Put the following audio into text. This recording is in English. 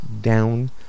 down